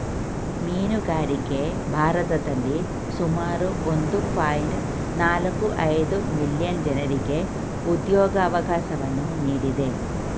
ಮೀನುಗಾರಿಕೆ ಭಾರತದಲ್ಲಿ ಸುಮಾರು ಒಂದು ಪಾಯಿಂಟ್ ನಾಲ್ಕು ಐದು ಮಿಲಿಯನ್ ಜನರಿಗೆ ಉದ್ಯೋಗವಕಾಶವನ್ನು ನೀಡಿದೆ